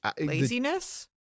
laziness